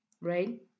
right